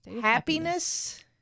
happiness